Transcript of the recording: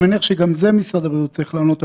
אני מניח שגם זה משרד הבריאות צריך לענות,